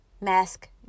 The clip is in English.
mask